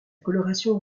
coloration